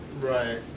Right